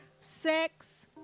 sex